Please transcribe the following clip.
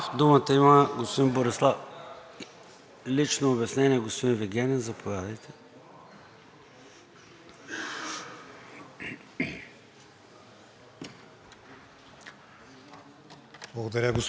Благодаря, господин Председател. Макар да не бях споменат поименно, се разпознах в това, че Министерството на външните работи по това време